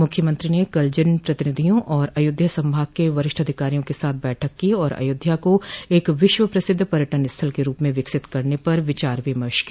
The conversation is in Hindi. मुख्यमंत्री ने कल जनप्रतिनिधियों और अयोध्या संभाग के वरिष्ठ अधिकारिया के साथ बैठक की और अयोध्या को एक विश्व प्रसिद्ध पर्यटन स्थल के रूप में विकसित करने पर विचार विमर्श किया